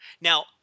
Now